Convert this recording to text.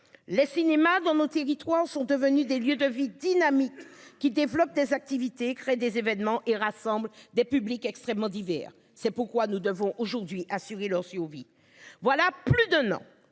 Les cinémas vont monter dit trois ans sont devenus des lieux de vie dynamique qui développe des activités et crée des événements et rassemble des publics extrêmement divers. C'est pourquoi nous devons aujourd'hui assurer leur survie voilà plus d'un an